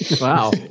wow